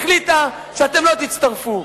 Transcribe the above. החליטה שאתם לא תצטרפו.